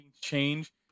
change